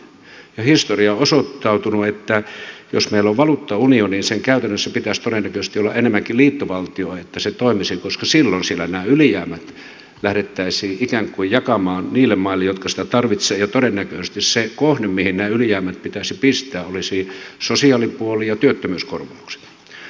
historia on osoittanut että jos meillä on valuuttaunioni sen käytännössä pitäisi todennäköisesti olla enemmänkin liittovaltio että se toimisi koska silloin siellä nämä ylijäämät lähdettäisiin ikään kuin jakamaan niille maille jotka niitä tarvitsevat ja todennäköisesti se kohde mihin ne ylijäämät pitäisi pistää olisi sosiaalipuoli ja työttömyyskorvaukset